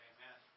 Amen